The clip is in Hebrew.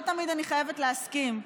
לא תמיד אני חייבת להסכים,